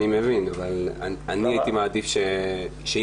אני מחדש את